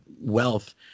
wealth